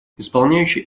исполняющий